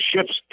ships